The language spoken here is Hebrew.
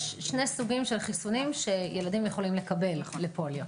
יש שני סוגי חיסונים שילדים יכולים לקבל לפוליו.